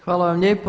Hvala vam lijepa.